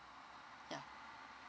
ya